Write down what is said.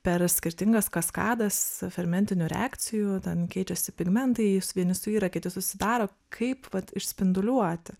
per skirtingas kaskadas fermentinių reakcijų ten keičiasi pigmentai jis vieni suyra kiti susidaro kaip vat išspinduliuoti